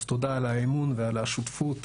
אז תודה על האמון ועל השותפות,